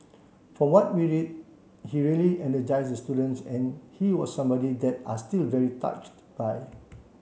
from what we read he really energised the students and he was somebody that they are still very touched by